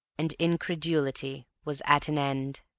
and incredulity was at an end.